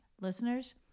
listeners